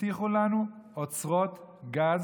הבטיחו לנו אוצרות גז,